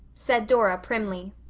said dora primly,